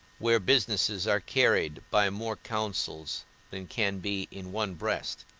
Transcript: where businesses are carried by more counsels than can be in one breast,